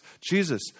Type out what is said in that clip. Jesus